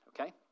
Okay